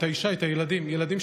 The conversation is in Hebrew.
את האישה ואת הילדים,